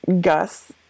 gus